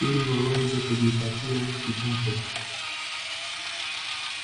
ili waweze kujipatia kipato.